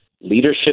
Leadership